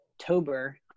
October